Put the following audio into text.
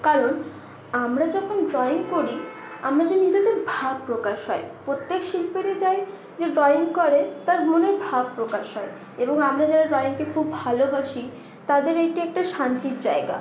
কারণ আমরা যখন ড্রয়িং করি আমরাদের নিজেদের ভাব প্রকাশ হয় প্রত্যেক শিল্পীরাই চায় যে ড্রয়িং করে তার মনের ভাব প্রকাশ হয় এবং আমরা যারা ড্রয়িংকে খুব ভালোবাসি তাদের এইটি একটি শান্তির জায়গা